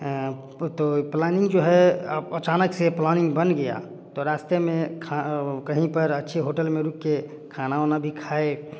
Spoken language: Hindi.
एँ तो प्लानिंग जो है आप अचानक से प्लानिंग बन गया तो रास्ते में खा कहीं पर अच्छे होटल में रुक के खाना वहाँ भी खाए